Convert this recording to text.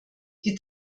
die